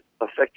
affect